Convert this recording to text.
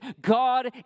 God